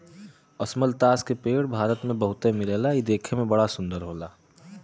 अमलतास के पेड़ भारत में बहुते मिलला इ देखे में बड़ा सुंदर होला